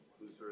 looser